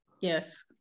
Yes